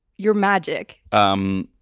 you're magic. um,